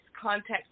context